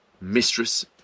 mistress